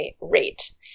rate